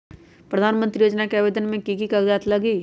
प्रधानमंत्री योजना में आवेदन मे की की कागज़ात लगी?